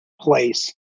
place